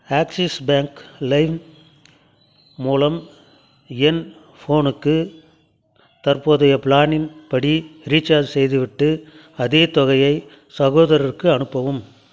axis bank லைம் மூலம் என் ஃபோனுக்கு தற்போதைய பிளானின் படி ரீசார்ஜ் செய்துவிட்டு அதே தொகையை சகோதரருக்கு அனுப்பவும்